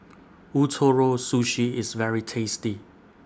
Ootoro Sushi IS very tasty